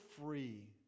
free